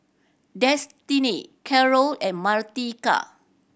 Destini Carroll and Martika